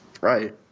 right